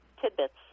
tidbits